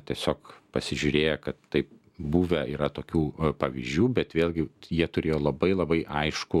tiesiog pasižiūrėję kad tai buvę yra tokių pavyzdžių bet vėlgi jie turėjo labai labai aiškų